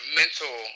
mental